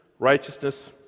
Righteousness